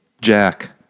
Jack